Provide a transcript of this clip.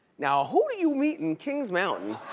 now who do you meet in kings mountain?